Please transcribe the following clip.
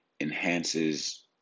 enhances